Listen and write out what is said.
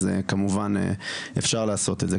אז כמובן אפשר לעשות את זה.